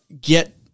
get